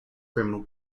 criminal